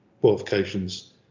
qualifications